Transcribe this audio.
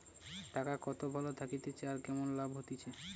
টাকা কত ভালো থাকতিছে আর কেমন লাভ হতিছে